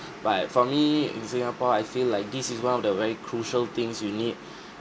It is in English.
but for me in singapore I feel like this is one of the very crucial things you need